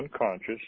unconscious